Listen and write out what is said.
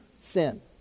sin